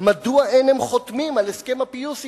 מדוע אין הם חותמים על הסכם הפיוס אתנו.